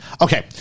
Okay